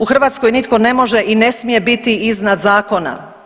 U Hrvatskoj nitko ne može i ne smije biti iznad zakona.